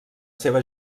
seva